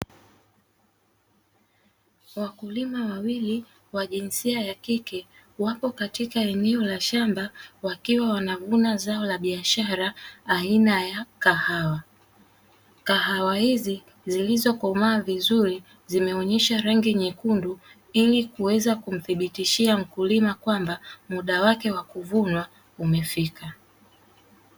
Wakulima wawili wa jinsia ya kike wapo katika eneo la shamba wakiwa wanavuna zao la biashara aina ya kahawa, kahawa hizi zilizokomaa vizuri zimeonyesha rangi nyekundu ili kuweza kumthibitishia mkulima kwamba muda wake wa kuvunwa umefika.